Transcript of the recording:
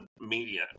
media